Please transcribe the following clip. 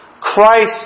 Christ